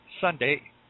Sunday